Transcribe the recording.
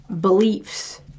beliefs